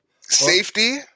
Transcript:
Safety